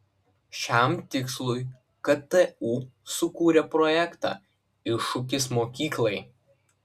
šiam tikslui ktu sukūrė projektą iššūkis mokyklai